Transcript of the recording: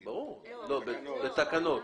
בתקנות.